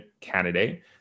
candidate